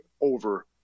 over